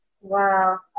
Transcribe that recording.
Wow